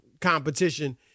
competition